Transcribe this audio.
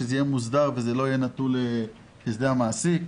שזה יהיה מוסדר ולא נתון לחסדי המעסיק,